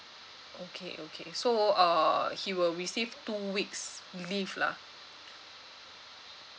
okay okay so uh he will receive two weeks leave lah